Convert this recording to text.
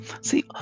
See